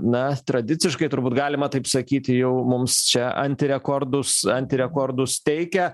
na tradiciškai turbūt galima taip sakyti jau mums čia antirekordus antirekordus teikia